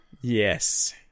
yes